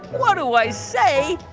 what do i say?